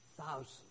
thousands